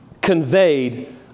conveyed